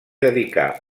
dedicar